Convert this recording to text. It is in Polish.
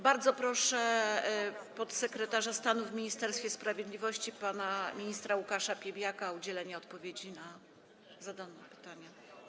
Bardzo proszę podsekretarza stanu w Ministerstwie Sprawiedliwości pana ministra Łukasza Piebiaka o udzielenie odpowiedzi na zadane pytania.